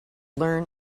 learn